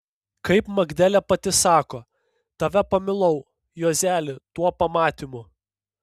kaip magdelė pati sako tave pamilau juozeli tuo pamatymu